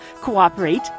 cooperate